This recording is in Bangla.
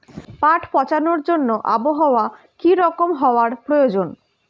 পাট পচানোর জন্য আবহাওয়া কী রকম হওয়ার প্রয়োজন?